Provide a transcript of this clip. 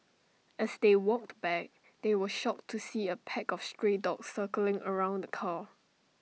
as they walked back they were shocked to see A pack of stray dogs circling around car